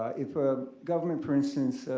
if a government, for instance,